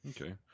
Okay